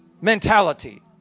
mentality